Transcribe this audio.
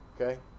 Okay